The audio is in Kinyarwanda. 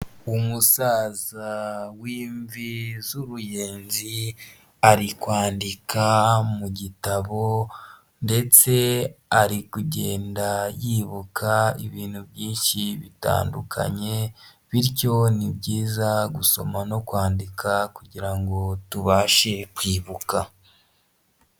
Umusaza w'imvi z'uruyenzi ari kwandika mu gitabo, ndetse ari kugenda yibuka ibintu byinshi bitandukanye; bityo ni byiza gusoma no kwandika kugira ngo tubashe kwibuka.